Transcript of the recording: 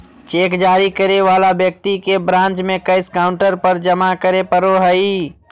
cheque जारी करे वाला व्यक्ति के ब्रांच में कैश काउंटर पर जमा करे पड़ो हइ